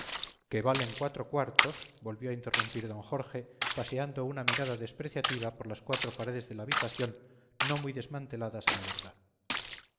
que valen cuatro cuartos volvió a interrumpir d jorge paseando una mirada despreciativa por las cuatro paredes de la habitación no muy desmanteladas a la verdad